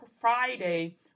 Friday